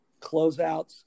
closeouts